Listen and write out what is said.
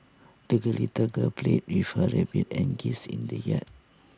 little girl played with her rabbit and geese in the yard